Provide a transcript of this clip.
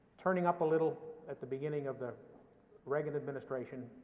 turning up a little at the beginning of the reagan administration,